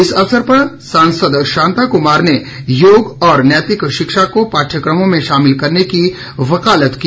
इस अवसर पर सांसद शांता कुमार ने योग और नैतिक शिक्षा को पाठ्यक्रमों में शामिल करने की वकालत की